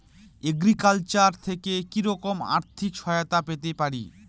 Agriculture থেকে কি রকম আর্থিক সহায়তা পেতে পারি?